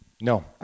no